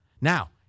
Now